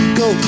go